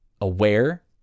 aware